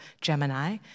Gemini